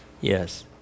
Yes